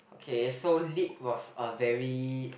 okay so Lit was a very